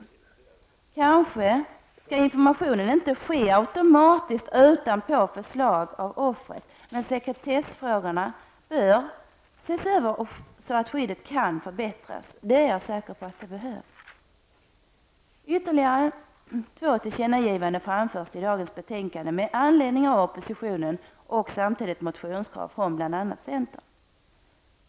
Informationen skall kanske inte ske automatisk, utan på förslag av offret, men sekretessfrågorna bör ses över så att skyddet kan förbättras. Jag är säker på att det behövs. Ytterligare två tillkännagivanden framförs i dag i dagens betänkande med anledning av oppositionen samt med anledning av motionskrav från bl.a. centern.